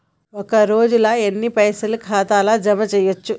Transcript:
ఒక రోజుల ఎన్ని పైసల్ ఖాతా ల జమ చేయచ్చు?